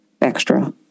extra